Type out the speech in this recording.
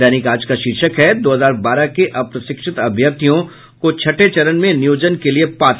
दैनिक आज का शीर्षक है दो हजार बारह के अप्रशिक्षित अभ्यर्थियों छठे चरण में नियोजन के लिए पात्र